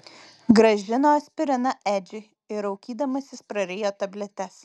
grąžino aspiriną edžiui ir raukydamasis prarijo tabletes